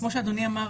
כמו שאמר אדוני,